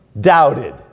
doubted